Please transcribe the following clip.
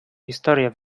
historię